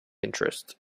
interest